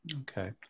okay